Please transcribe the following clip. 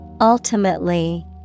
Ultimately